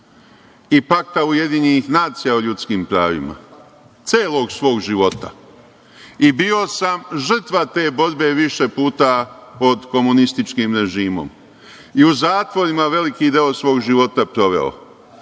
i Pakta UN o ljudskim pravima, celog svog života. Bio sam žrtva te borbe više puta pod komunističkim režimom i u zatvorima veliki deo svog života proveo